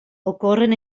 ocorren